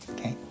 Okay